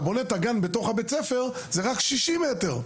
בונה את הגן בתוך בית הספר זה רק 60 מטרים.